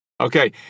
Okay